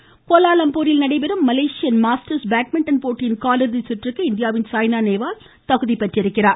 badminton கோலாலம்பூரில் நடைபெறும் மலேசிய மாஸ்டர்ஸ் பேட்மிட்டண் போட்டியின் காலிறுதி சுற்றுக்கு இந்தியாவின் சாய்னா நேவால் தகுதி பெற்றுள்ளார்